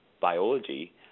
biology